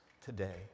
today